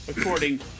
according